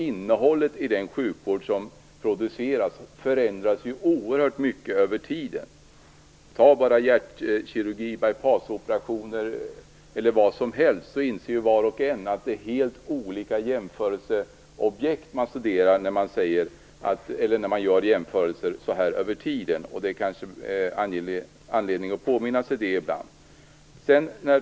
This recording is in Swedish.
Innehållet i den sjukvård som produceras förändras ju oerhört mycket över tiden. Ta bara hjärtkirurgi, by-passoperationer eller vad som helst, så inser vem som helst att det rör sig om helt olika jämförelseobjekt när man gör jämförelser över tiden. Det kan finnas anledning att påminna sig det ibland.